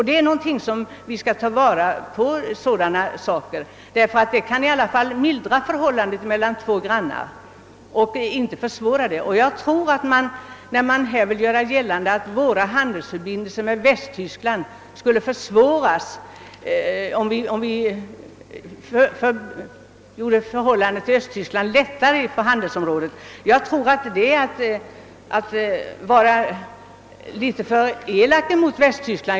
Det är någonting att ta vara på, därför att det kan i alla fall förbättra förhållandena mellan två grannar och inte försvåra dem. Jag tror att man, när man här vill göra gällande att våra handelsförbindelser med Västtyskland skulle försvåras, om vi införde lättnader i fråga om handelsförbindelserna med Östtyskland, är för elak mot Västtyskland.